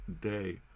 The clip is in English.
day